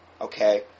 Okay